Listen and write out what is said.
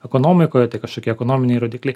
ekonomikoje tai kažkokie ekonominiai rodikliai